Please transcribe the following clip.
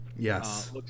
Yes